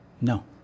No